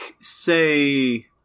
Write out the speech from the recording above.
say